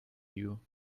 you